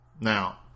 Now